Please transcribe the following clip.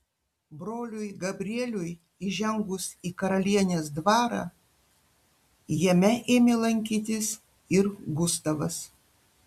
broliui gabrieliui įžengus į karalienės dvarą jame ėmė lankytis ir gustavas